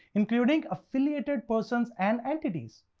including affiliated persons and entities.